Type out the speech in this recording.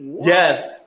Yes